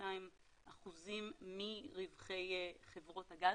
62% מרווחי חברות הגז,